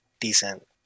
decent